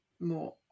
more